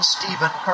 Stephen